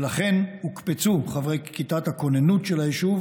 ולכן הוקפצו חברי כיתת הכוננות של היישוב